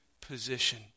position